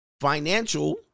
Financial